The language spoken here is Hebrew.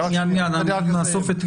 אדוני,